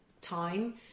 time